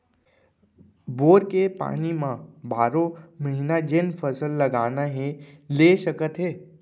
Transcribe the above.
bore के पानी म बारो महिना जेन फसल लगाना हे ले सकत हे